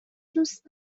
دوست